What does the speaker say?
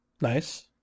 Nice